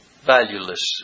valueless